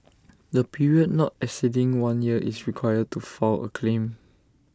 A period not exceeding one year is required to file A claim